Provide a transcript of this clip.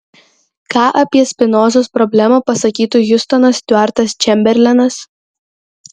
ką apie spinozos problemą pasakytų hiustonas stiuartas čemberlenas